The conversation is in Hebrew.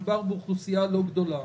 מדובר באוכלוסייה לא גדולה,